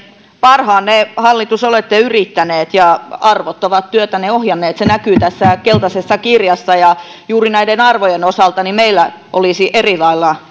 parhaanne hallitus olette yrittäneet ja arvot ovat työtänne ohjanneet se näkyy tässä keltaisessa kirjassa ja juuri näiden arvojen osalta meillä olisivat eri lailla